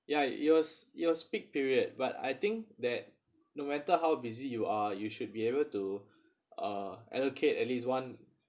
ya it was it was peak period but I think that no matter how busy you are you should be able to uh allocate at least one